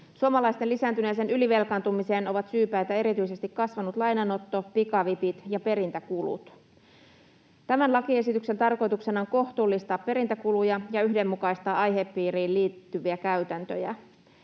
Suomalaisten lisääntyneeseen ylivelkaantumiseen ovat syypäitä erityisesti kasvanut lainanotto, pikavipit ja perintäkulut. Tämän lakiesityksen tarkoituksena on kohtuullistaa perintäkuluja ja yhdenmukaistaa aihepiiriin liittyviä käytäntöjä.